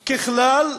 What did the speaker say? ככלל,